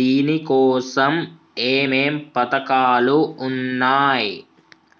దీనికోసం ఏమేం పథకాలు ఉన్నాయ్?